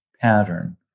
pattern